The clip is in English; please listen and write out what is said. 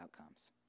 outcomes